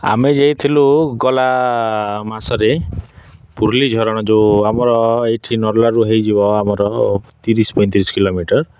ଆମେ ଯାଇଥିଲୁ ଗଲା ମାସରେ ପୁରୁଲି ଝରଣ ଯେଉଁ ଆମର ଏଠି ନରୁଲାରୁ ହୋଇଯିବ ଆମର ତିରିଶି ପଇଁତିରିଶି କଲୋମିଟର୍